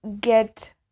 get